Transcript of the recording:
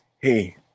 hey